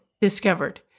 discovered